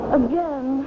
again